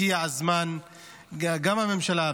הגיע הזמן שגם הממשלה,